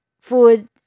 food